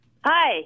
Hi